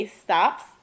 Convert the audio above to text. stops